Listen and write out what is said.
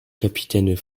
capitaines